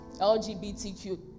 LGBTQ